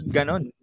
Ganon